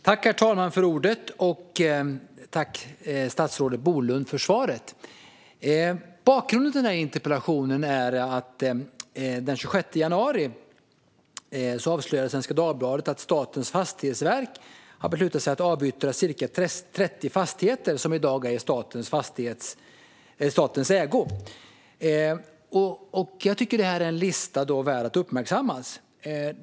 Herr talman! Tack, statsrådet Bolund, för svaret! Bakgrunden till den här interpellationen är att det den 26 januari avslöjades av Svenska Dagbladet att Statens fastighetsverk har beslutat sig för att avyttra ca 30 fastigheter som i dag är i statens ägo. Det är en lista som är värd att uppmärksammas.